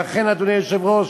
ולכן, אדוני היושב-ראש,